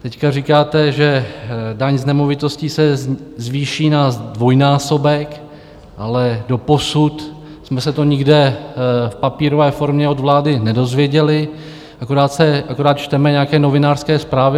Teď říkáte, že daň z nemovitosti se zvýší na dvojnásobek, ale doposud jsme se to nikde v papírové formě od vlády nedozvěděli, akorát čteme nějaké novinářské zprávy.